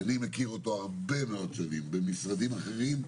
שאני מכיר אותו הרבה מאוד שנים במשרדים אחרים,